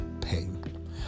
pain